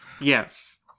Yes